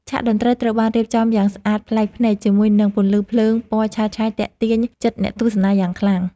ឆាកតន្ត្រីត្រូវបានរៀបចំយ៉ាងស្អាតប្លែកភ្នែកជាមួយនឹងពន្លឺភ្លើងពណ៌ឆើតឆាយទាក់ទាញចិត្តអ្នកទស្សនាយ៉ាងខ្លាំង។